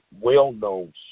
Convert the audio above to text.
well-known